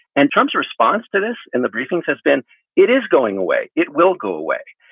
and trump's response to this and the briefings has been it is going away. it will go away.